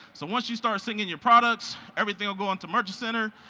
so once you start syncing your products, everything will go into merchant center,